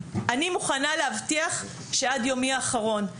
אני מוכנה להבטיח שעד יומי האחרון.